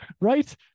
right